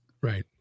Right